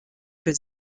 für